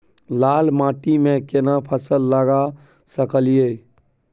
लाल माटी में केना फसल लगा सकलिए?